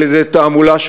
על-ידי תעמולה,